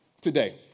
today